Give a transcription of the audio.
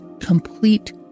complete